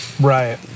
Right